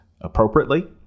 appropriately